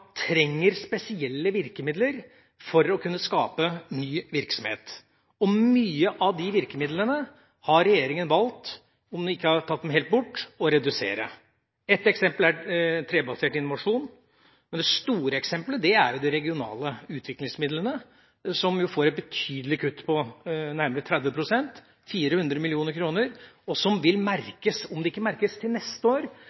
trenger spesielle virkemidler for å kunne skape ny virksomhet. Og mange av de virkemidlene har regjeringa – om den ikke tatt dem helt bort – valgt å redusere. Et eksempel er trebasert innovasjon. Men det store eksemplet er de regionale utviklingsmidlene, som får et betydelig kutt på nærmere 30 pst., 400 mill. kr, som vil merkes. Om det ikke merkes til neste år,